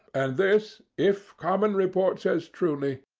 and this, if common report says truly,